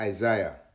Isaiah